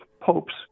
popes